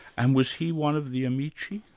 and was he one of the amici?